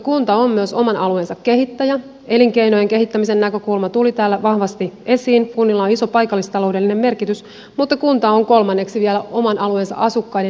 kunta on myös oman alueensa kehittäjä elinkeinojen kehittämisen näkökulma tuli täällä vahvasti esiin kunnilla on iso paikallistaloudellinen merkitys mutta kunta on kolmanneksi vielä oman alueensa asukkaiden demokraattinen yhteisö